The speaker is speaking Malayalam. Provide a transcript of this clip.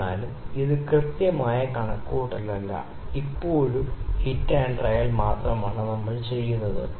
എന്നിരുന്നാലും ഇത് കൃത്യമായ കണക്കുകൂട്ടലല്ല ഞങ്ങൾ ഇപ്പോൾ ഒരു ഹിറ്റ് ട്രയൽ രീതി ഉണ്ടാക്കി